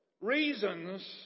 reasons